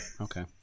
Okay